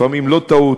לפעמים לא טעות,